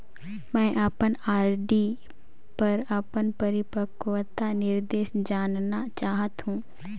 मैं अपन आर.डी पर अपन परिपक्वता निर्देश जानना चाहत हों